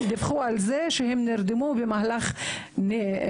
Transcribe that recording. דיווחו על זה שהם נרדמו במהלך נהיגה,